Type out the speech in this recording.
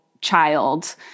child